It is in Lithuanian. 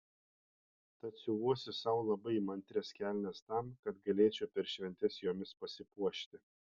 tad siuvuosi sau labai įmantrias kelnes tam kad galėčiau per šventes jomis pasipuošti